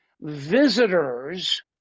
visitors